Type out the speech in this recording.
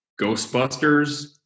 Ghostbusters